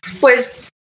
pues